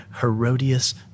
Herodias